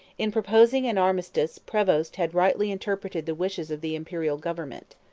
in proposing an armistice prevost had rightly interpreted the wishes of the imperial government.